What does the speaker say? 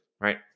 right